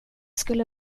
skulle